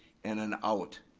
and an out.